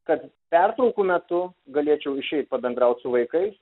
kad pertraukų metu galėčiau išeit pabendraut su vaikais